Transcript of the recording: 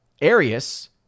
Arius